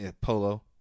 Polo